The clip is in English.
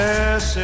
Yes